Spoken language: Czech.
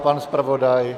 Pan zpravodaj?